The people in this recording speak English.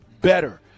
better